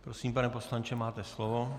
Prosím, pane poslanče, máte slovo.